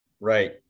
Right